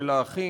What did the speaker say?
של האחים,